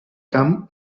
camp